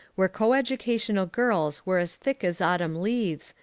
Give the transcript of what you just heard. where coeducational girls were as thick as autumn leaves,